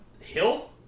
Hill